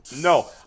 No